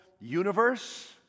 universe